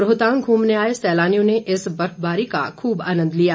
रोहतांग घूमने आऐ सैलानियों ने इस बर्फबारी का खूब आंनद लिया